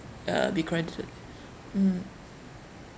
uh be credited mm